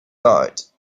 heart